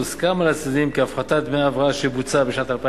הוסכם על הצדדים כי הפחתת דמי ההבראה שבוצעה בשנת 2009